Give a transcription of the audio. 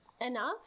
enough